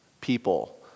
people